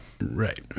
right